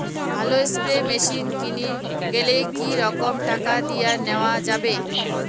ভালো spray machine কিনির গেলে কি রকম টাকা দিয়া নেওয়া ভালো?